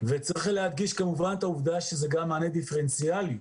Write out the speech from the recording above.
וצריך להדגיש את העובדה שזה גם מענה דיפרנציאלי.